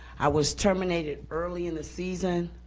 i was terminated early in the season,